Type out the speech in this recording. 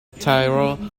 tyrrell